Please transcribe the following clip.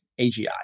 AGI